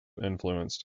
influenced